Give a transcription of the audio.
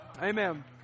Amen